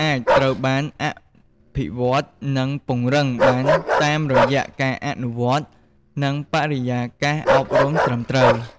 អាចត្រូវបានអភិវឌ្ឍន៍ និងពង្រឹងបានតាមរយៈការអនុវត្ត និងបរិយាកាសអប់រំត្រឹមត្រូវ។